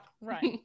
right